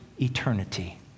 eternity